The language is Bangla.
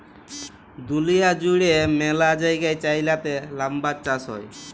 দুঁলিয়া জুইড়ে ম্যালা জায়গায় চাইলাতে লাম্বার চাষ হ্যয়